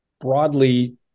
broadly